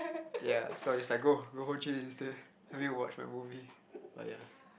ya so I was just like go go instead let me watch my movie but ya